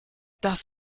das